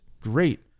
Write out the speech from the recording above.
great